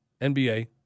NBA